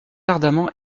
ardemment